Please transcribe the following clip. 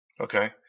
Okay